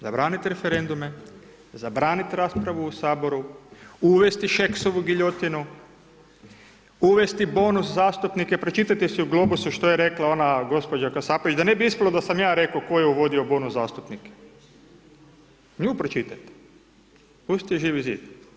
Zabranit referendume, zabranit raspravu u saboru, uvesti Šeksovu giljotinu, uvesti bonus zastupnike, pročitajte si u Globusu što je rekla ona gospođa Kasapović, da ne bi ispalo da sam ja rekao ko je uvodio bonus zastupnike, nju pročitajte, pustite Živi zid.